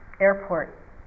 airport